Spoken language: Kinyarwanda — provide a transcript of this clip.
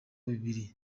bibiri